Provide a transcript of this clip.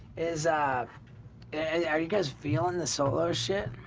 is i've are you guys beyond the solo shit?